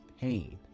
pain